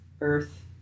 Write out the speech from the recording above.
earth